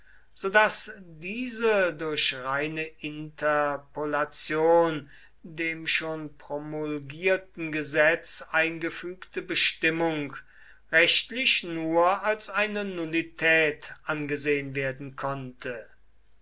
so daß diese durch reine interpolation dem schon promulgierten gesetz eingefügte bestimmung rechtlich nur als eine nullität angesehen werden konnte